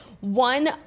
One